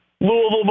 Louisville